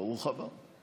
ברוך הבא.